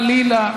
חלילה,